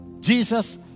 Jesus